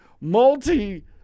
multi